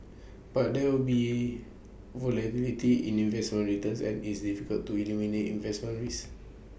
but there will be volatility in investment returns and is difficult to eliminate investment risk